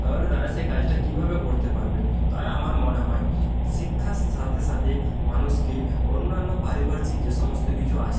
তাহলে তারা সে কাজটা কীভাবে করতে পারবে তাই আমার মনে হয় শিক্ষার সাথে সাথে মানুষকে অন্যান্য পারিপার্শিক যে সমস্ত কিছু আছে